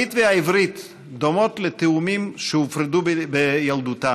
הערבית והעברית דומות לתאומים שהופרדו בילדותם.